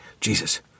Jesus